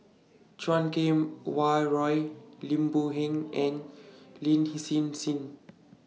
Chan Kum Wah Roy Lim Boon Heng and Lin Hsin Hsin